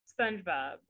Spongebob